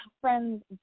friend's